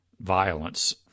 violence